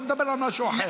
אתה מדבר על משהו אחר.